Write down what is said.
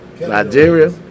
Nigeria